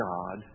God